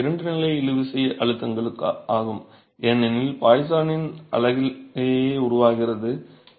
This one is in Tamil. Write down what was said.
இவையே இரண்டாம் நிலை இழுவிசை அழுத்தங்களாகும் ஏனெனில் பாய்சானின் விளைவு அலகிலேயே உருவாகிறது